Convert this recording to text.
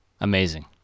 Amazing